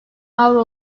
avro